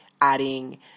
adding